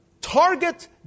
target